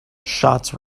shots